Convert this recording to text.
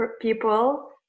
people